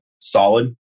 solid